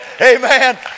Amen